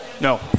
No